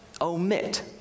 omit